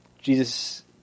Jesus